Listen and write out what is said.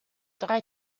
drei